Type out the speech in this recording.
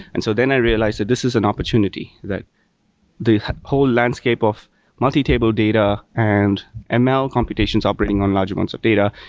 and so then i realized that this is an opportunity that whole landscape of multi-table data and ah ml computations are putting on large amounts of data.